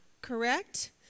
correct